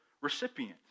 recipient